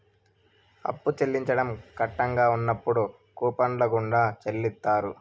అప్పు చెల్లించడం కట్టంగా ఉన్నప్పుడు కూపన్ల గుండా చెల్లిత్తారు